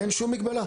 אין שום מגבלה.